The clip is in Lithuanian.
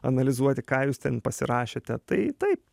analizuoti ką jūs ten pasirašėte tai taip